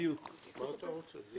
מה אתה רוצה?